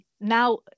now